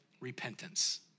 repentance